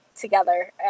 together